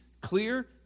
clear